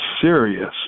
serious